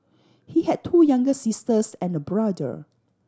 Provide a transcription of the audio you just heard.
he had two younger sisters and a brother